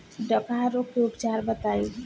डकहा रोग के उपचार बताई?